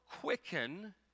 quicken